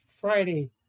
Friday